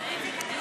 לא, איציק.